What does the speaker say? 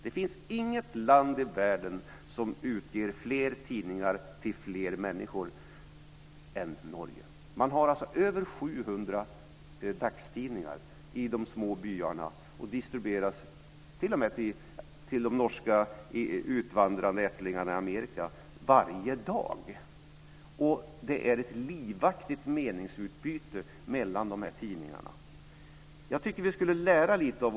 Det finns inget land i världen som utger fler tidningar till fler människor än Norge. Man har över 700 dagstidningar i de små byarna och distribuerar dem t.o.m. till de norska utvandrade ättlingarna i Amerika - varje dag. Det är ett livaktigt meningsutbyte mellan dessa tidningar - och de har en sorts presstöd.